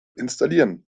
installieren